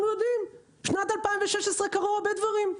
יודעים בשנת 2016 קרו הרבה דברים.